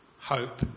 hope